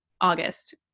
August